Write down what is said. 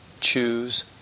Choose